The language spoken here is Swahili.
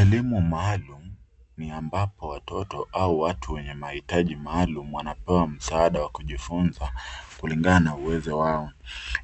Elimu maalum, ni ambapo watoto au watu wenye mahitaji maalum, wanapewa msaada wa kujifunza, kulingana na uwezo wao.